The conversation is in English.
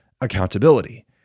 accountability